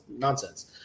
nonsense